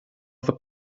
the